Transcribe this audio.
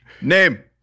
Name